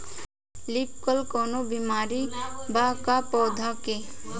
Leaf curl कौनो बीमारी बा का पौधा के?